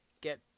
Get